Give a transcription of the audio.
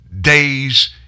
days